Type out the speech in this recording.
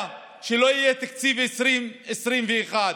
שקלים, ובסך הכול הוצאו מעל מיליארד שקלים,